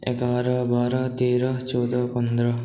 ग्यारह बारह तेरह चौदह पंद्रह